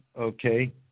okay